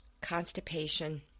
constipation